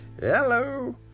Hello